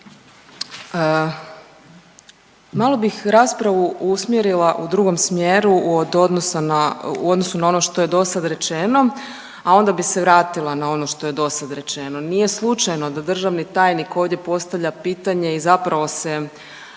Malo bih raspravu usmjerila u drugom smjeru od odnosa na u odnosu na ono što je do sad rečeno, a onda bi se vratila na ono što je do sad rečeno. Nije slučajno da državni tajnik ovdje postavlja pitanje i zapravo se argumentira